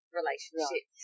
relationship